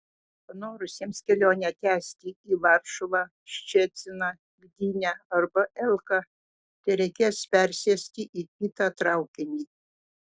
panorusiems kelionę tęsti į varšuvą ščeciną gdynę arba elką tereikės persėsti į kitą traukinį